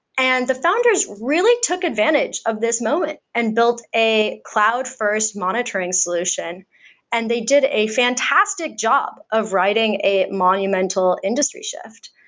and the founders really took advantage of this moment and built a cloud first monitoring solution and they did a fantastic job of writing a monumental industry shift.